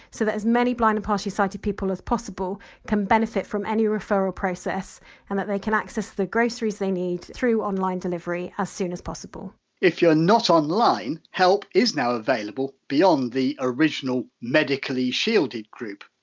so that as many blind and partially sighted people as possible can benefit from any referral process and that they can access the groceries they need through online delivery as soon as possible if you're not online, help is now available beyond the original medically shielded group.